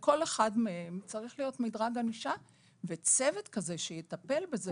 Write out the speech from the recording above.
לכל אחד מהם צריך להיות מדרג ענישה וצוות כזה שיטפל בזה.